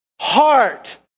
heart